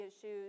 issues